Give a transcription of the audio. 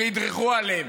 שידרכו עליהם.